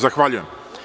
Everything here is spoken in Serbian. Zahvaljujem.